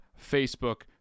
Facebook